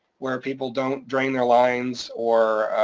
where people don't drain their lines or